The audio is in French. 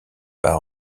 par